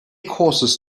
courses